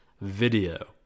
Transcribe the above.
video